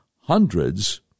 hundreds